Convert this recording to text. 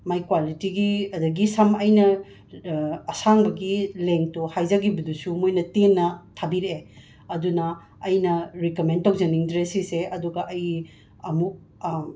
ꯃꯥꯒꯤ ꯀ꯭ꯋꯥꯂꯤꯇꯤꯒꯤ ꯑꯗꯒꯤ ꯁꯝ ꯑꯩꯅ ꯑꯁꯥꯡꯕꯒꯤ ꯂꯦꯡꯇꯣ ꯍꯥꯏꯖꯒꯤꯕꯗꯨꯁꯨ ꯃꯣꯏꯅ ꯇꯦꯟꯅ ꯊꯥꯕꯤꯔꯛꯑꯦ ꯑꯗꯨꯅ ꯑꯩꯅ ꯔꯤꯀꯃꯦꯟ ꯇꯧꯖꯅꯤꯡꯗ꯭ꯔꯦ ꯁꯤꯁꯦ ꯑꯗꯨꯒ ꯑꯩ ꯑꯃꯨꯛ